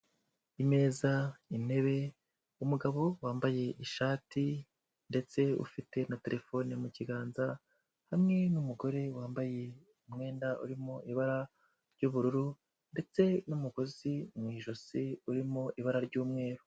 Imeza, intebe, umugabo wambaye ishati ndetse ufite na terefone mu kiganza, hamwe n'umugore wambaye umwenda urimo ibara ry'ubururu ndetse n'umugozi mu ijosi urimo ibara ry'umweru.